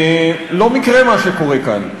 לא מקרה מה שקורה כאן,